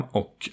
och